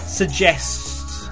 suggests